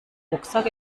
rucksack